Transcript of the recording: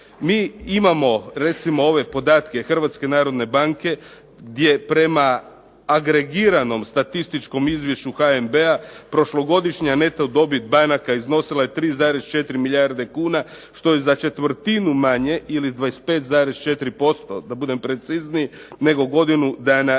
Mi imamo recimo ove podatke HNB-a gdje prema agregiranom statističkom izvješću HNB-a prošlogodišnja neto dobit banaka iznosila je 3,4 milijarde kuna što je za četvrtinu manje ili 25,4% da budem precizniji nego godinu dana ranije.